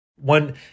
One